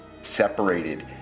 separated